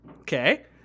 Okay